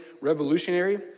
revolutionary